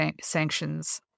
sanctions